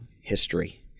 history